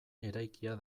eraikia